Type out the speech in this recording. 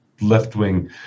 left-wing